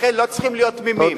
לכן לא צריכים להיות תמימים.